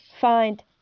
find